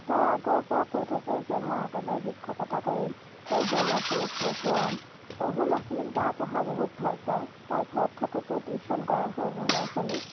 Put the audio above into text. তাই আগৰ পৰা কৈ থাকে যে মই আগলৈ শিক্ষকতা কৰিম সৰু সৰু ল'ৰা ছোৱালীক পঢ়ুৱাম সৰু সৰু ল'ৰা ছোৱালীক বায়ে পঢ়ুৱাই বহুত ভাল পায় তাই ঘৰত থাকোঁতেও টিউচন কৰায় সৰু সৰু ল'ৰা ছোৱালীক